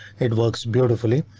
it works beautifully.